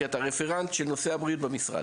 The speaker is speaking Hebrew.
כי אתה רפרנט של נושא הבריאות במשרד.